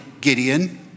Gideon